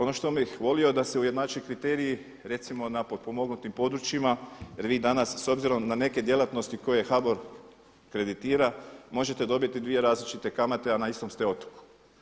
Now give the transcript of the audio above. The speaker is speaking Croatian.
Ono što bih volio da se ujednače kriteriji redimo na potpomognutim područjima jer vi danas s obzirom na neke djelatnosti koje HBOR kreditira možete dobiti dvije različite kamate a na istom ste otoku.